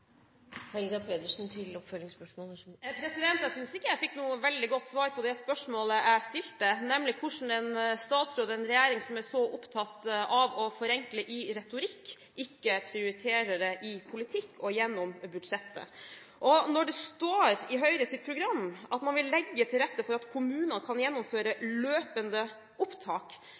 Jeg syntes ikke jeg fikk noe veldig godt svar på det spørsmålet jeg stilte, nemlig hvordan en statsråd og en regjering som er så opptatt av å forenkle i retorikk, ikke prioriterer det i politikk og gjennom budsjettet. Når det står i Høyres program at man vil legge til rette for at kommunene kan gjennomføre løpende opptak,